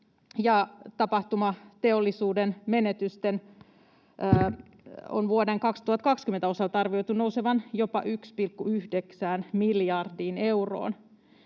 tapahtumateollisuuden menetysten on vuoden 2020 osalta arvioitu nousevan jopa 1,9 miljardiin euroon.